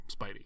Spidey